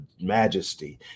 majesty